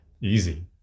easy